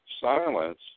silence